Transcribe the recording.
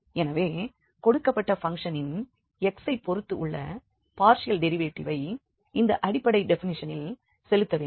எனவே கொடுக்கப்பட்ட பங்க்ஷனின் x ஐப் பொறுத்து உள்ள பார்ஷியல் டெரிவேட்டிவ்வை இந்த அடிப்படை டெபினிஷனில் செலுத்த வேண்டும்